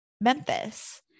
Memphis